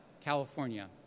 California